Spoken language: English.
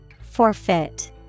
Forfeit